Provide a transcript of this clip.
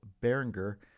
Berenger